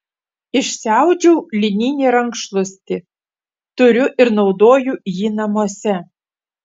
išsiaudžiau lininį rankšluostį turiu ir naudoju jį namuose